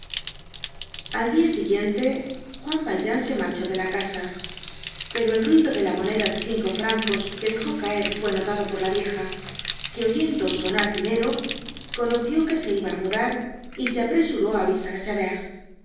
al dia siguiente juan valjean se marchó de la casa pero el ruido de la moneda de cinco francos que dejó caer fue notado por la vieja que oyendo sonar dinero conoció que se iba á mudar y se apresuró á avisar á